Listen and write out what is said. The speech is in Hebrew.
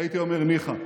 הייתי אומר ניחא,